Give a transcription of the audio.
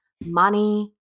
money